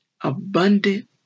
abundant